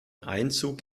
einzug